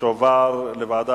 לוועדה